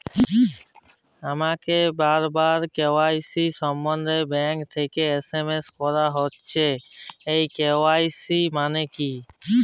আমাকে বারবার কে.ওয়াই.সি সম্বন্ধে ব্যাংক থেকে এস.এম.এস করা হচ্ছে এই কে.ওয়াই.সি মানে কী?